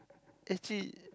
actually